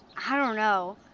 i don't know.